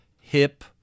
hip